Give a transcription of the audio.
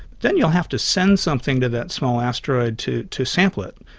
then you'll have to send something to that small asteroid to to sample it,